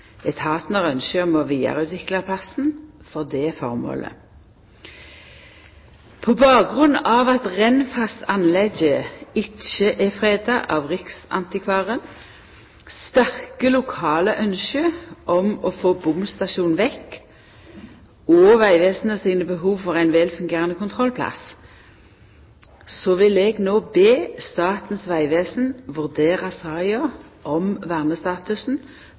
om å vidareutvikla plassen for dette formålet. På bakgrunn av at Rennfastanlegget ikkje er freda av Riksantikvaren, og på bakgrunn av sterke lokale ynske om å få bomstasjonen vekk og Vegvesenet sine behov for ein velfungerande kontrollplass vil eg no be Statens vegvesen vurdera saka om vernestatusen